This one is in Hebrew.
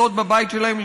לחיות בבית שלהם,